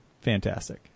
Fantastic